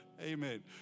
Amen